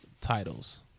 titles